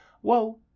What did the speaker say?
whoa